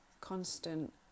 constant